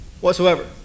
whatsoever